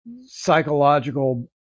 psychological